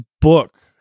book